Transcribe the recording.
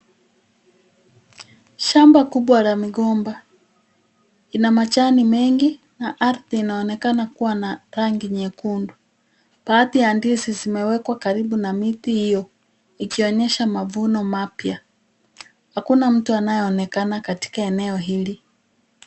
Shamba kubwa la migomba ina majani mengi na ardhi inaonekana kuwa na rangi nyekundu. Baadhi ya ndizi zimewekwa karibu na miti hiyo ikionyesha mavuno mapya. Hakuna mtu anayeonekana katika eneo hili.